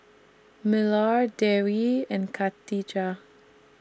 Melur Dewi and Khatijah